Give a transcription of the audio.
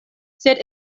sed